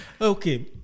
Okay